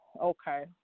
Okay